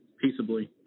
peaceably